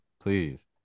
Please